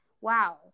wow